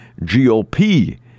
GOP